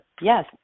yes